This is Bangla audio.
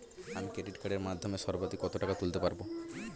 আমি ক্রেডিট কার্ডের মাধ্যমে সর্বাধিক কত টাকা তুলতে পারব?